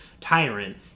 tyrant